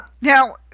Now